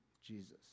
Jesus